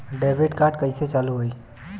Debit card कइसे चालू होई?